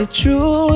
true